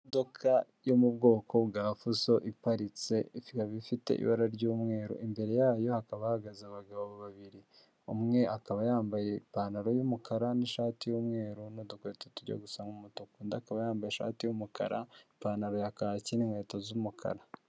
Imodoka yo mu bwoko bwa fuso iparitse ikaba ifite ibara ry'umweru, imbere yabo hakaba hahagaze abagabo babiri umwe akaba yambaye ipantaro y'umukara n'ishati y'umweru n'udukweto turiho agasa umutuku, akaba yambaye ishati y'umukara, ipantaro ya kaki n'inkweto z'umukara.